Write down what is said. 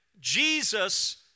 Jesus